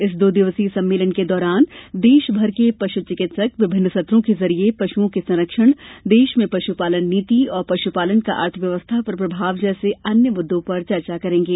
इस दो दिवसीय सम्मेलन के दौरान देशभर के पशु चिकित्सक विभिन्न सत्रों के जरिए पशुओं के संरक्षण देश में पशु पालन नीति और पशुपालन का अर्थ व्यवस्था पर प्रभाव जैसे अन्य मुद्दों पर चर्चा करेंगे